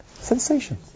Sensation